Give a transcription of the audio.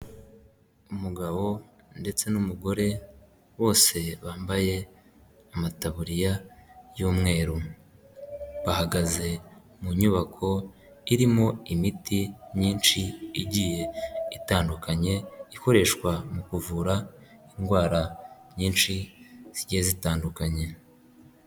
Umugabo ndetse n'umugore bose bambaye amataburiya y'umweru. Bahagaze mu nyubako irimo imiti myinshi igiye itandukanye ikoreshwa mu kuvura indwara nyinshi zigiye zitandukanye.